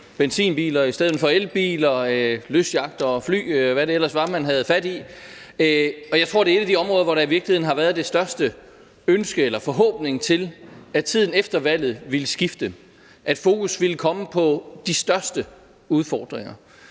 benzinbiler – i stedet for på elbiler – og lystyachter og fly, og hvad det ellers var, man havde fat i. Og jeg tror, det er et af de områder, hvor der i virkeligheden har været det største ønske om eller forhåbning til, at tiden efter valget ville skifte, at der ville komme fokus på de største udfordringer.